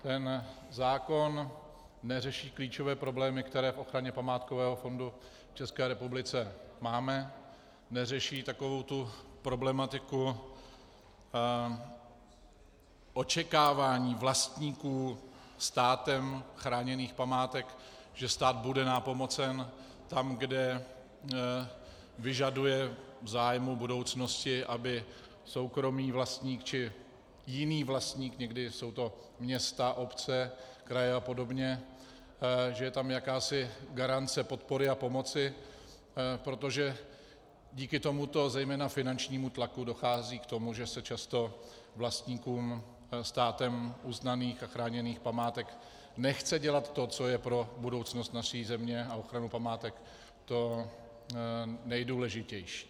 Ten zákon neřeší klíčové problémy, které v ochraně památkového fondu v České republice máme, neřeší takovou tu problematiku očekávání vlastníků státem chráněných památek, že stát bude nápomocen tam, kde vyžaduje v zájmu budoucnosti, aby soukromý vlastník či jiný vlastník, někdy jsou to města, obce, kraje apod., že je tam jakási garance podpory a pomoci, protože díky tomuto zejména finančnímu tlaku dochází k tomu, že se často vlastníkům státem uznaných a chráněných památek nechce dělat to, co je pro budoucnost naší země a ochranu památek to nejdůležitější.